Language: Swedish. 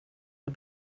jag